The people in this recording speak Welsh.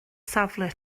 safle